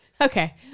Okay